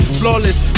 flawless